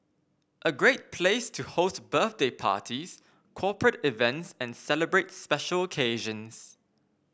a great place to host birthday parties corporate events and celebrate special occasions